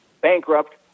bankrupt